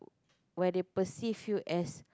where they perceive you as